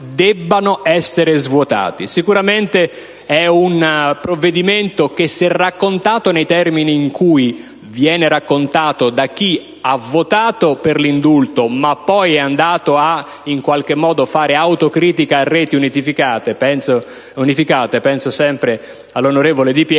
debbano essere svuotati. Sicuramente è un provvedimento che, se raccontato nei termini in cui viene raccontato da chi ha votato per l'indulto, ma poi è andato a fare autocritica a reti unificate (penso sempre all'onorevole Di